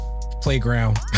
playground